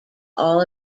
all